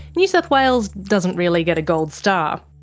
new south wales doesn't really get a gold star.